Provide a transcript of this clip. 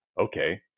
okay